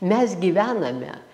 mes gyvename